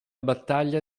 battaglia